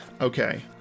Okay